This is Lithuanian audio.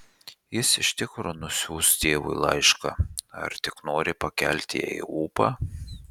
jis iš tikro nusiųs tėvui laišką ar tik nori pakelti jai ūpą